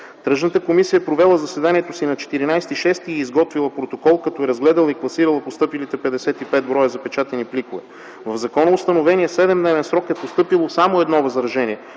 Тръжната комисия е провела заседанието си на 14.06. и е изготвила протокол, като е разгледала и класирала постъпилите 55 броя запечатани пликове. В законоустановения 7-дневен срок е постъпило само едно възражение